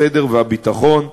הסדר והביטחון,